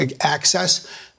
access